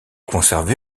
conservé